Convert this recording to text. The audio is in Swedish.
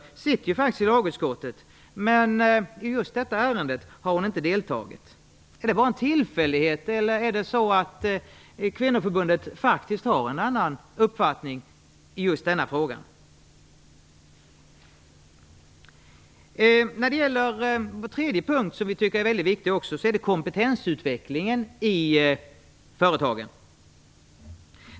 Hon sitter faktiskt i lagutskottet, men hon har inte deltagit i just detta ärende. Är det en tillfällighet, eller har kvinnoförbundet faktiskt en avvikande uppfattning i just denna fråga? En tredje punkt som vi tycker är väldigt viktig är kompetensutvecklingen i företagen.